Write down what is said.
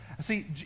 see